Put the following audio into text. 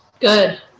good